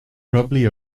probably